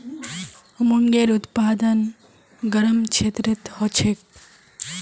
मूंगेर उत्पादन गरम क्षेत्रत ह छेक